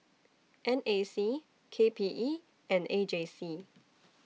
N A C K P E and A J C